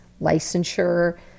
licensure